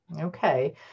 Okay